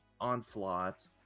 Onslaught